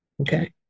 Okay